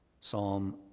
Psalm